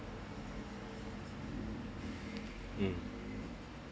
mm